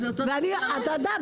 ואתה ידוע,